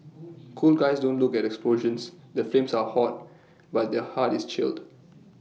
cool guys don't look at explosions the flames are hot but their heart is chilled